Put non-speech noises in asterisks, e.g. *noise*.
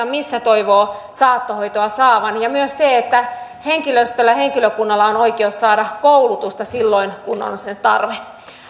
*unintelligible* missä toivoo saattohoitoa saavan ja myös se että henkilöstöllä ja henkilökunnalla on oikeus saada koulutusta silloin kun on sen tarve